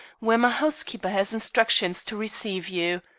where my housekeeper has instructions to receive you.